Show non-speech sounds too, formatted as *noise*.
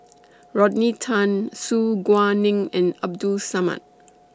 *noise* Rodney Tan Su Guaning and Abdul Samad